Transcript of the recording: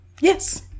yes